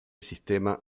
sistema